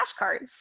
flashcards